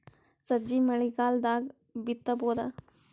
ಸಜ್ಜಿ ಮಳಿಗಾಲ್ ದಾಗ್ ಬಿತಬೋದ?